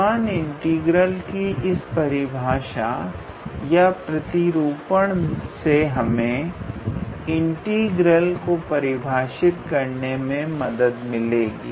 Riemann integral की इस परिभाषा या प्रतिरूपण से हमें इंटीग्रल को परिभाषित करने में मदद मिलेगी